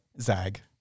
Zag